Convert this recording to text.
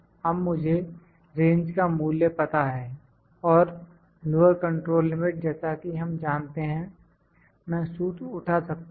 अब मुझे रेंज का मूल्य पता है और लोअर कंट्रोल लिमिट जैसा कि हम जानते हैं मैं सूत्र उठा सकता हूं